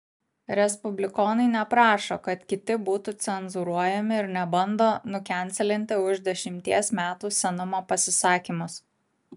respublikonai neprašo kad kiti būtų cenzūruojami ir nebando nukenselinti už dešimties metų senumo pasisakymus